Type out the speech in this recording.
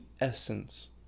essence